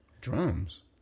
Drums